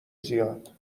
زیاد